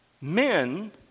men